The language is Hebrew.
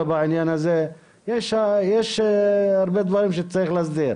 אך ככל שנרתום את הציבור שלנו ביישובים ובכלל בחברה הישראלית,